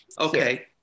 Okay